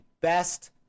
best